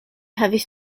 havis